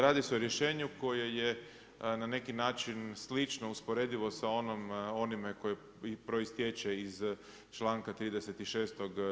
Radi se o rješenju koje je na neki način slično usporedivo sa onime koji proistječe iz članka 36.